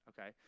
okay